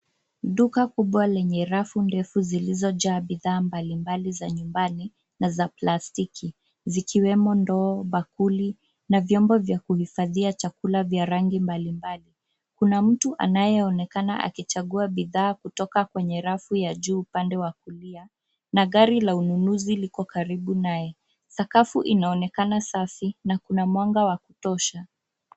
Duka kubwa lenye rafu ndefu zilizojaa bidhaa mbalimbali za nyumbani na za plastiki zikiwemo ndoo, bakuli na vyombo vya kuhifadhia chakula vya rangi mbalimbali. Kuna mtu anayeonekana akichagua bidhaa kutoka kwenye rafu ya juu upande wa kulia na gari la ununuzi liko karibu naye. Sakafu inaonekana safi na kuna mwanga wa kutosha.